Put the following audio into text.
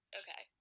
okay